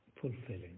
fulfilling